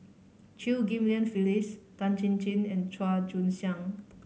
Chew Ghim Lian Phyllis Tan Chin Chin and Chua Joon Siang